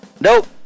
Nope